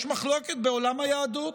יש מחלוקת בעולם היהדות,